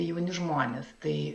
jauni žmonės tai